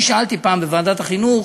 אני שאלתי פעם בוועדת החינוך: